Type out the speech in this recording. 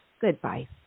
Goodbye